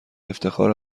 افتخار